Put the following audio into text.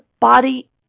body